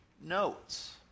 notes